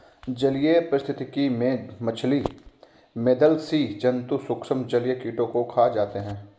जलीय पारिस्थितिकी में मछली, मेधल स्सि जन्तु सूक्ष्म जलीय कीटों को खा जाते हैं